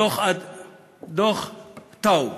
דוח טאוב,